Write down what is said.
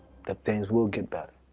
that things will get better.